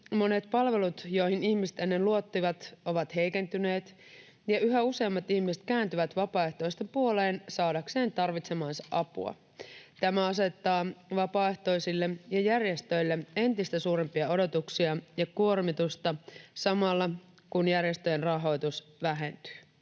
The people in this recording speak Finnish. monet palvelut, joihin ihmiset ennen luottivat, ovat heikentyneet ja yhä useammat ihmiset kääntyvät vapaaehtoisten puoleen saadakseen tarvitsemaansa apua. Tämä asettaa vapaaehtoisille ja järjestöille entistä suurempia odotuksia ja kuormitusta samalla, kun järjestöjen rahoitus vähentyy.